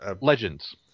Legends